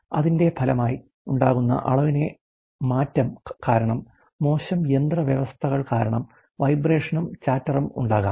അതിന്റെ ഫലമായി ഉണ്ടാകുന്ന അളവിലെ മാറ്റം കാരണം മോശം യന്ത്ര വ്യവസ്ഥകൾ കാരണം വൈബ്രേഷനും ചാറ്ററും ഉണ്ടാകാം